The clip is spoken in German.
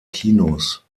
kinos